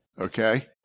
okay